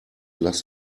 lass